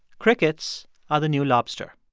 crickets are the new lobster